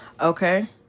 Okay